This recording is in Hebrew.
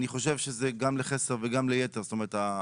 אני חושב שזה גם לחסר וגם ליתר, זאת אומרת,